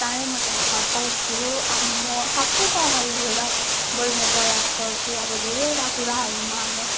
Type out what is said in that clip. चाँडै म त्यसलाई हटाउँछु अब म सबैको अगाडि गएर बोल्ने प्रयास गर्छु अब धेरैवटा कुराहरूमा अब